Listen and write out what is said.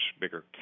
bigger